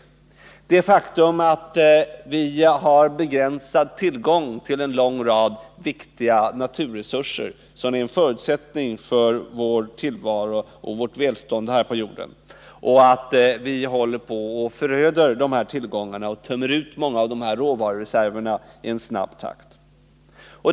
Det gäller det faktum att vi har begränsade tillgångar på en lång rad viktiga naturresurser som är en förutsättning för tillvaron och välståndet här på jorden och att vi håller på att föröda dem och tömma ut många av dessa råvarureserver i snabb takt.